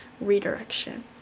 redirection